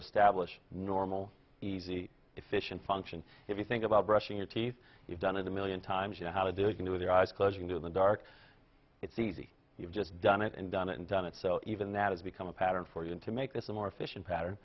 establish normal easy efficient function if you think about brushing your teeth you've done it a million times you know how to do it with your eyes closed into the dark it's easy you've just done it and done it and done it so even that it's become a pattern for you to make this a more efficient pattern